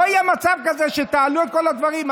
לא יהיה מצב כזה שתעלו את כל הדברים.